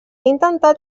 intentat